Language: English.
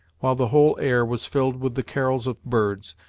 while the whole air was filled with the carols of birds,